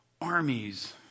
armies